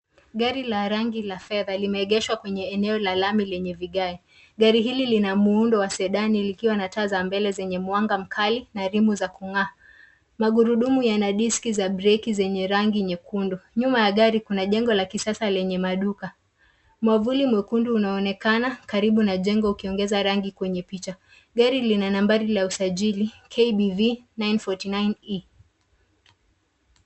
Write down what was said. Gari la rangi la fedha limeegeshwa kwenye eneo la lami lenye vigae. Gari hili lina muundo wa sedani likiwa na taa za mbele zenye mwanga mkali na rimu za kung'aa. Magurudumu yana diski za breki zenye rangi nyekundu. Nyuma ya gari kuna jengo la kisasa lenye maduka. Mwavuli mwekundu unaonekana karibu na jengo ukiongeza rangi kwenye picha. Gari lina nambari la usajili KBV 949 E .